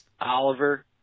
Oliver